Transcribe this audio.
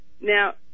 Now